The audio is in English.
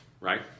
right